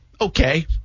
Okay